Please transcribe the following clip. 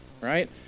right